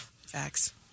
facts